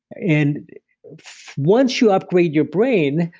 and once you upgrade your brain,